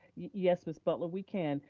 yes, ms. butler, we can.